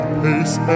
pace